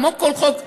כמו כל חוק פשוט,